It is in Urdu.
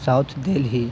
ساؤتھ دہلی